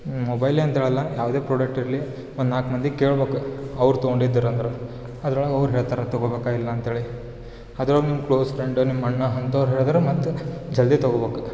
ಮೊಬೈಲೇ ಅಂತೇಳೋಲ್ಲ ಯಾವುದೇ ಪ್ರೊಡಕ್ಟ್ ಇರಲಿ ಒಂದು ನಾಲ್ಕು ಮಂದಿಗೆ ಕೇಳ್ಬೇಕು ಅವ್ರು ತಗೊಂಡಿದ್ರು ಅಂದ್ರೆ ಅದ್ರೊಳಗೆ ಅವ್ರು ಹೇಳ್ತಾರೆ ತಗೋಬೇಕಾ ಇಲ್ಲ ಅಂತೇಳಿ ಅದ್ರೊಳ್ಗೆ ನಿಮ್ಮ ಕ್ಲೋಸ್ ಪ್ರೆಂಡ್ ನಿಮ್ಮ ಅಣ್ಣ ಅಂಥೋರ್ ಹೇಳಿದ್ರೆ ಮತ್ತು ಜಲ್ದಿ ತಗೋಬೇಕ್